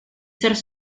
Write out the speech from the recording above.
ser